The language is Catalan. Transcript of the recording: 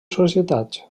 societats